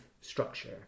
structure